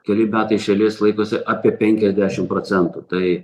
keli metai iš eilės laikosi apie penkiasdešim procentų tai